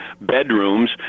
bedrooms